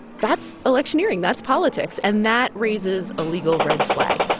that's electioneering. that's politics. and that raises a legal red flag.